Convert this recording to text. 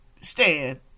stand